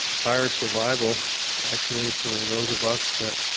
higher survival actually for those of us that